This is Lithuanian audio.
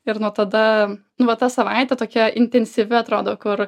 ir nuo tada nu va ta savaitė tokia intensyvi atrodo kur